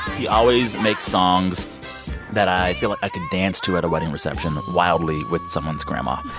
he always makes songs that i feel like i can dance to at a wedding reception wildly with someone's grandma